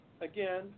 Again